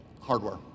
hardware